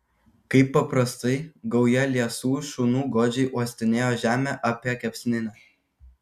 kaip paprastai gauja liesų šunų godžiai uostinėjo žemę apie kepsninę